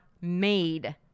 made